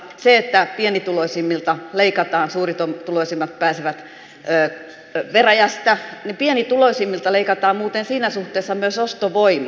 kun pienituloisimmilta leikataan ja suurituloisimmat pääsevät veräjästä niin pienituloisimmilta leikataan muuten siinä suhteessa myös ostovoima